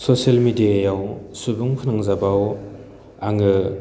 social मिडियाव सुबुं फोनांजाबाव आङो